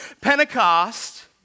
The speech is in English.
Pentecost